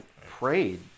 prayed